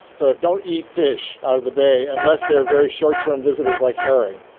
so don't eat fish out of the bay unless they're very short-term visitors like herring.